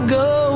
go